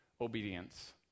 obedience